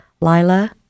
Lila